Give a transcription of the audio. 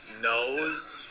nose